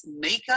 makeup